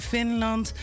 Finland